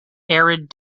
arid